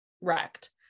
wrecked